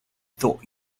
thought